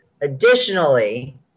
Additionally